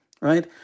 right